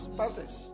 pastors